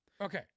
Okay